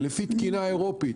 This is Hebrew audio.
שלפי תקינה אירופית,